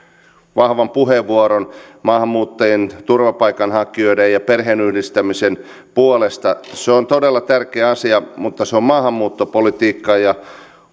vahvan puheenvuoron maahanmuuttajien turvapaikanhakijoiden ja perheenyhdistämisen puolesta se on todella tärkeä asia mutta se on maahanmuuttopolitiikkaa ja